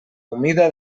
humida